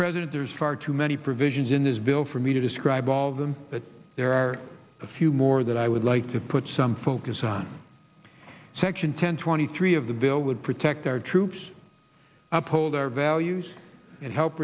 president there is far too many provisions in this bill for me to describe all of them but there are a few more that i would like to put some focus on section ten twenty three of the bill would protect our troops uphold our values and help